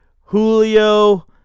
Julio